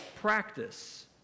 practice